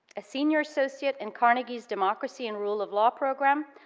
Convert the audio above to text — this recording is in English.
a senior associate in carnegie's democracy and rule of law program,